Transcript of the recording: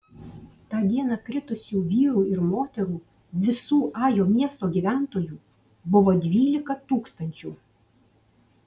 tą dieną kritusių vyrų ir moterų visų ajo miesto gyventojų buvo dvylika tūkstančių